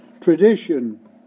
tradition